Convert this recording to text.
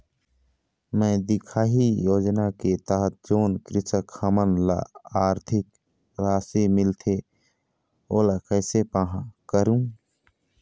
मैं दिखाही योजना के तहत जोन कृषक हमन ला आरथिक राशि मिलथे ओला कैसे पाहां करूं?